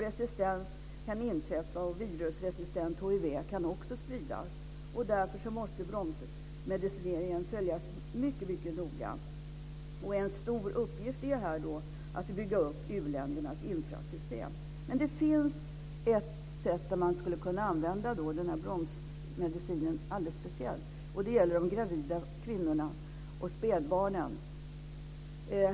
Resistens kan inträffa, och dessutom kan virusresistent hiv spridas. Därför måste bromsmedicineringen följas mycket noga. En stor uppgift är då att bygga ut u-ländernas infrasystem. Det finns dock ett alldeles speciellt sätt som man skulle kunna använda bromsmedicinen på, och det är för de gravida kvinnorna och spädbarnen.